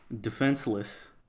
defenseless